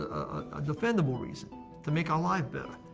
a defendable reason to make our lives better.